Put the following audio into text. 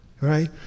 right